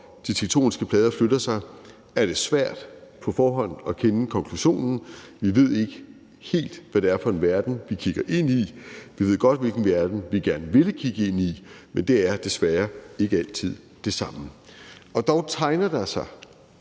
de tektoniske plader flytter sig, er det svært på forhånd at kende konklusionen. Vi ved ikke helt, hvad det er for en verden, vi kigger ind i. Vi ved godt, hvilken verden vi gerne ville kigge ind i, men det er desværre ikke altid det samme. Dog tegner der sig